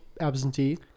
absentee